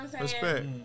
Respect